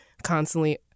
constantly